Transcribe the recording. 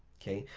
okay?